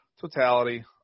totality